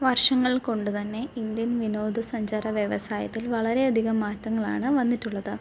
വർഷങ്ങൾ കൊണ്ട് തന്നെ ഇന്ത്യൻ വിനോദസഞ്ചാര വ്യവസായത്തിൽ വളരെയധികം മാറ്റങ്ങളാണ് വന്നിട്ടുള്ളത്